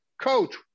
coach